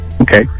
Okay